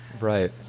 Right